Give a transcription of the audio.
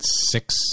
six